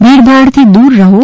ભીડભાડ થી દૂર રહી